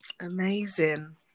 amazing